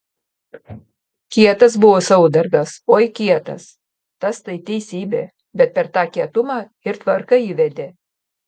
kietas buvo saudargas oi kietas tas tai teisybė bet per tą kietumą ir tvarką įvedė